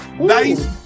Nice